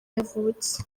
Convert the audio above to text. yavutse